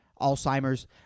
Alzheimer's